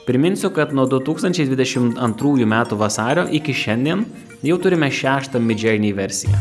priminsiu kad nuo du tūkstančiai dvidešimt antrųjų metų vasario iki šiandien jau turime šeštą midjourney versiją